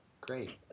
Great